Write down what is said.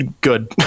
good